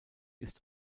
ist